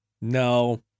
no